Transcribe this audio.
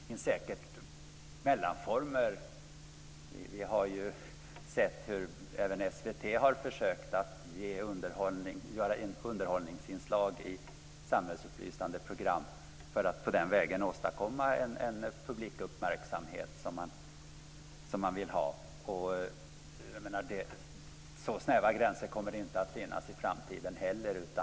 Fru talman! Det finns säkert mellanformer. Vi har ju sett hur SVT har försökt att göra underhållningsinslag i samhällsupplysande program för att den vägen åstadkomma en publik uppmärksamhet som man vill ha. Så snäva gränser kommer det inte att finnas i framtiden heller.